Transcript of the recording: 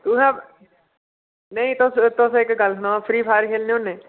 तुस नेईं तुस इक तुस इक गल्ल सनाओ फ्री फायर खेलने होन्ने